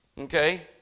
okay